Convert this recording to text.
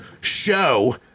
show